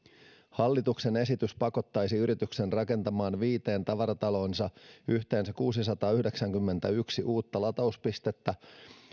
hallituksen esitys pakottaisi yrityksen rakentamaan viiteen tavarataloonsa yhteensä kuusisataayhdeksänkymmentäyksi uutta latauspistettä